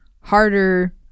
harder